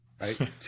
right